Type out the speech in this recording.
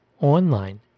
online